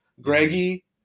greggy